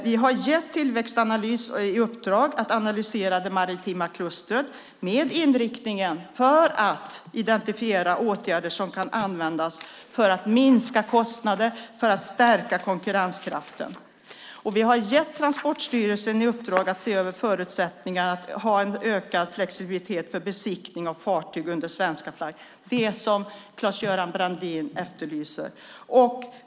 Vi har gett Tillväxtanalys i uppdrag att analysera det maritima klustret med inriktningen att identifiera åtgärder som kan vidtas för att minska kostnader och för att stärka konkurrenskraften. Och vi har gett Transportstyrelsen i uppdrag att se över förutsättningar för att ha en ökad flexibilitet för besiktning av fartyg under svensk flagg, det som Claes-Göran Brandin efterlyser.